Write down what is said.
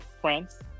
france